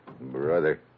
Brother